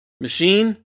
machine